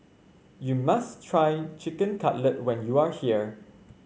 you must try Chicken Cutlet when you are here